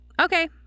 Okay